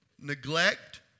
Neglect